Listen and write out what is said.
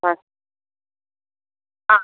हाँ हाँ